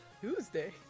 Tuesday